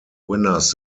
winners